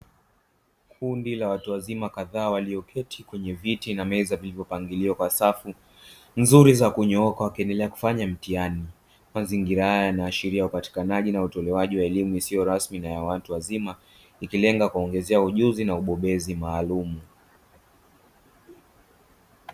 Kundi la watu wazima kadhaa walioketi kwenye viti na meza vilivyopangiliwa kwa safu nzuri za kunyooka wakiendelea kufanya mtihani. Mazingira hayo yanaashiria hupatikanaji na utolewaji wa elimu isiyo rasmi na ya watu wazima, ikilenga kuwaongezea ujuzi na ubobezi maalumu.